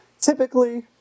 Typically